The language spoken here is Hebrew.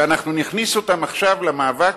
ואנחנו נכניס אותם עכשיו למאבק,